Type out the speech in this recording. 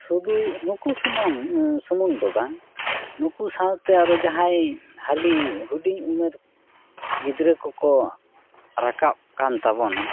ᱥᱩᱫᱩ ᱱᱩᱠᱩ ᱥᱩᱢᱟᱝ ᱥᱩᱢᱩᱱ ᱫᱚ ᱵᱟᱝ ᱱᱩᱠᱩ ᱥᱟᱶᱛᱮ ᱟᱨᱚ ᱡᱟᱦᱟᱸᱭ ᱦᱟᱹᱞᱤ ᱦᱩᱰᱤᱧ ᱩᱢᱮᱨ ᱜᱤᱫᱽᱨᱟᱹ ᱠᱚᱠᱚ ᱨᱟᱠᱟᱵ ᱠᱟᱱ ᱛᱟᱵᱚᱱᱟ